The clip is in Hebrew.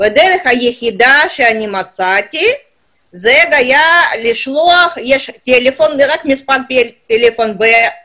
הדרך היחידה שאני מצאתי הייתה מספר טלפון רק בירושלים,